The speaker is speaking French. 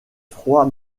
froid